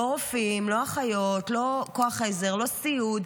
לא רופאים, לא אחיות, לא כוח עזר, לא סיעוד.